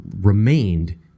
remained